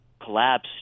collapse